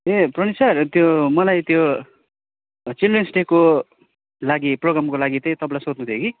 ए Pranit sir त्यो मलाई त्यो चिल्ड्रेन डेको लागि प्रोग्रामको लागि त्यही तपाईँलाई सोध्नु थियो कि